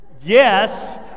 Yes